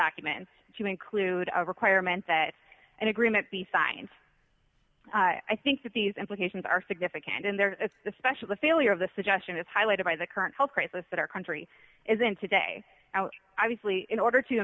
documents to include a requirement that an agreement be signed i think that these implications are significant in there especially the failure of the suggestion is highlighted by the current health crisis that our country is in today obviously in order to